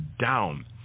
down